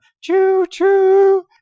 choo-choo